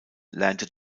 lernte